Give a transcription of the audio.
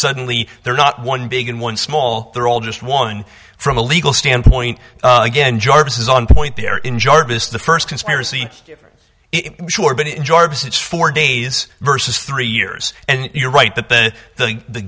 suddenly they're not one big and one small they're all just one from a legal standpoint again jarvis is on point there in jarvis the first conspiracy jarvis it's four days versus three years and you're right that the